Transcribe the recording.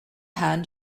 hand